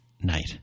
night